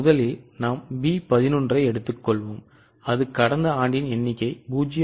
முதலில் நாம் B 11 ஐ எடுத்துக்கொள்வோம் அது கடந்த ஆண்டின் எண்ணிக்கை 0